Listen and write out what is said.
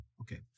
Okay